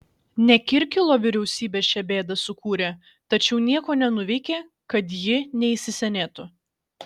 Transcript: ne kirkilo vyriausybė šią bėdą sukūrė tačiau nieko nenuveikė kad ji neįsisenėtų